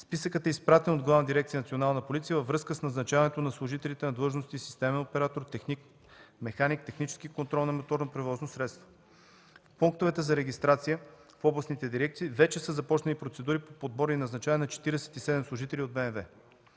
дирекция „Национална полиция” във връзка с назначаването на служителите на длъжности „системен оператор”, „техник, механик/технически контрол на моторно превозно средство”. В пунктовете за регистрация в областните дирекции вече са започнали процедури по подбор и назначаване на 47 служители от БМВ.